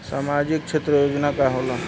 सामाजिक क्षेत्र योजना का होला?